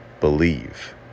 believe